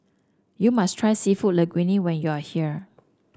you must try seafood Linguine when you are here